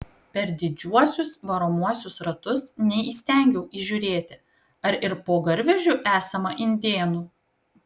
per didžiuosius varomuosius ratus neįstengiau įžiūrėti ar ir po garvežiu esama indėnų